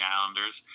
Islanders